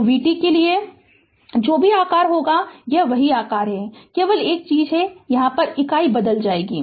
तो v t के लिए जो भी आकार होगा वह वही आकार होगा केवल एक चीज यह है कि इकाई बदल जाएगी